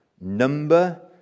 number